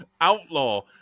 Outlaw